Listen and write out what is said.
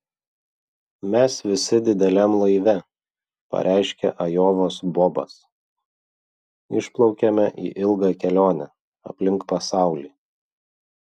mes visi dideliam laive pareiškė ajovos bobas išplaukiame į ilgą kelionę aplink pasaulį